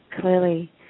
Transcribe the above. clearly